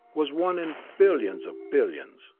was one in billions of billions.